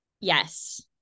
Yes